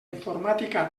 informàtica